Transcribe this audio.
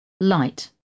light